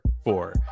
Four